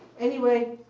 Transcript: anyway,